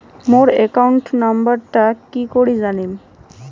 মোর account নাম্বারটা কি করি জানিম?